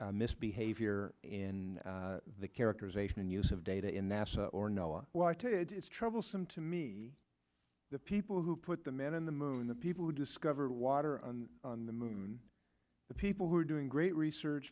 misbehavior in the characterization and use of data in nasa or nella so i take it it's troublesome to me the people who put the man on the moon the people who discovered water and on the moon the people who are doing great research